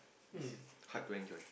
is hard to enjoy